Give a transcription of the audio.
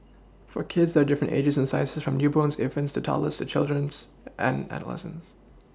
for kids there are different ages and sizes from newborns infants to toddlers children and adolescents